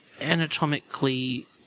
anatomically